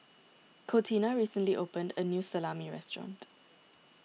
Contina recently opened a new Salami restaurant